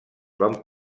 van